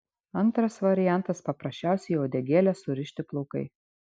antras variantas paprasčiausiai į uodegėlę surišti plaukai